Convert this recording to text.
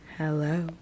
Hello